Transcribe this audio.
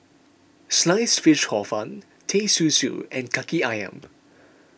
Sliced Fish Hor Fun Teh Susu and Kaki Ayam